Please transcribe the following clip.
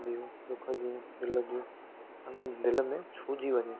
सुख जूं ॾुख जूं दिल जूं आहिनि दिल में छू जी वञे